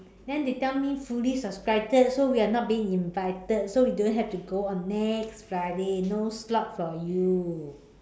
then they tell me fully subscribed so we are not being invited so we don't have to go on next Friday no slots for you